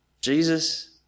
Jesus